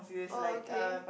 oh okay